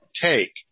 take